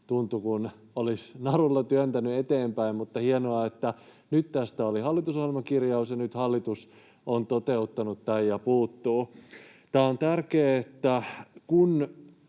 tuntui kuin olisi narulla työntänyt eteenpäin, mutta hienoa, että nyt tästä oli hallitusohjelmakirjaus ja nyt hallitus puuttuu tähän ja on toteuttanut tämän. Tämä on tärkeää, että kun